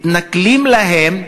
מתנכלים להן,